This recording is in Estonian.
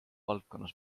valdkonnas